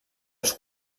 els